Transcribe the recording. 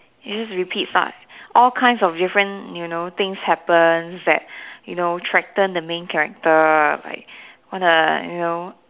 it just repeats lah all kinds of different you know things happens that you know threaten the main character like want to you know